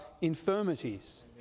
infirmities